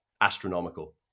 astronomical